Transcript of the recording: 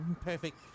Perfect